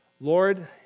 Lord